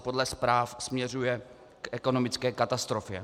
Podle zpráv směřuje k ekonomické katastrofě.